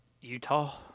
Utah